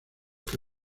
que